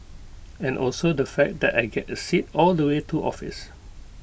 and also the fact that I get A seat all the way to office